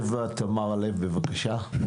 תמר לב מהחברה להגנת הטבע, בבקשה.